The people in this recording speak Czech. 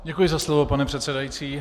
Děkuji za slovo, pane předsedající.